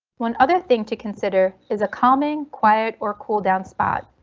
one other thing to consider is a common quiet or cool down spot.